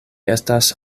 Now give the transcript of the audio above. estas